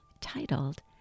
titled